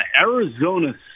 Arizona